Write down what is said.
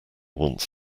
wants